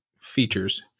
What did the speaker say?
features